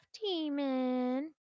demon